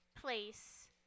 place